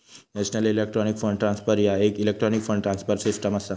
national electronic fund transfer ह्या येक electronic fund transfer system असा